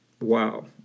wow